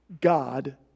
God